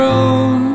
own